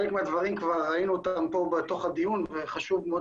חלק מהדברים כבר ראינו אותם פה בתוך הדיון וחשוב מאוד